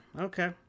okay